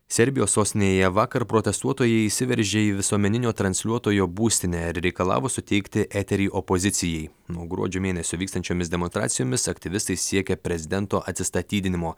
serbijos sostinėje vakar protestuotojai įsiveržė į visuomeninio transliuotojo būstinę ir reikalavo suteikti eterį opozicijai nuo gruodžio mėnesio vykstančiomis demonstracijomis aktyvistai siekia prezidento atsistatydinimo